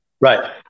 Right